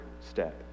step